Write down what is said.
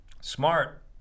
Smart